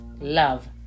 love